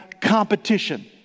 competition